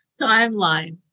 timeline